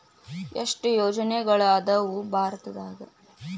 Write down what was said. ಎಷ್ಟ್ ಯೋಜನೆಗಳ ಅದಾವ ಭಾರತದಾಗ?